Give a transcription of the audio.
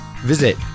Visit